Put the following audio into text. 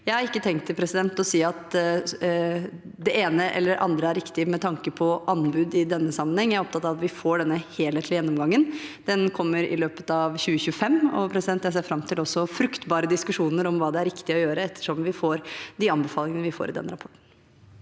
Jeg har ikke tenkt å si at det ene eller andre er riktig med tanke på anbud i denne sammenheng. Jeg er opptatt av at vi får denne helhetlige gjennomgangen. Den kommer i løpet av 2025, og jeg ser fram til fruktbare diskusjoner om hva som er riktig å gjøre, etter hvert som vi får de anbefalingene vi får i den rapporten.